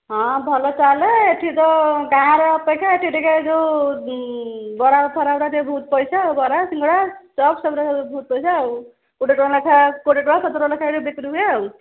ହଁ ଭଲ ଚାଲେ ଏଠି ତ ଗାଁର ଅପେକ୍ଷା ଏଠି ଟିକେ ଯୋଉ ବରା ଫରା ଗୁଡ଼ାକ ଯେ ବହୁତ ପଇସା ବରା ସିଙ୍ଗଡ଼ା ଚପ୍ ସେଗୁଡ଼ା ସବୁ ବହୁତ ପଇସା ଆଉ ଗୋଟେ ଗୋଟେ ଲେଖାଁ କୋଡ଼ିଏ ଟଙ୍କା ଲେଖାଁ ବିକ୍ରି ହୁଏ